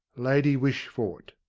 lady wishfort.